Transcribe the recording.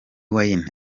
wine